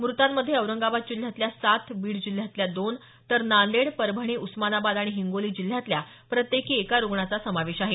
मृतांमध्ये औरंगाबाद जिल्ह्यातल्या सात बीड जिल्ह्यातल्या दोन तर नांदेड परभणी उस्मानाबाद आणि हिंगोली जिल्ह्यातल्या प्रत्येकी एका रुग्णाचा समावेश आहे